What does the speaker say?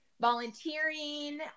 volunteering